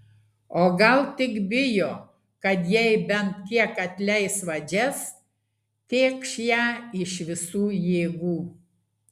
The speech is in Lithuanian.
o gal tik bijo kad jei bent kiek atleis vadžias tėkš ją iš visų jėgų